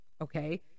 okay